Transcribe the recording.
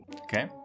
Okay